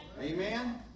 Amen